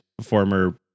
former